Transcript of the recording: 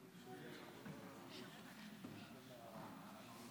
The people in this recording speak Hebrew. דברי הכנסת יט / מושב שני / ישיבות ק"ט קי"א /